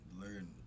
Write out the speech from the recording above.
learn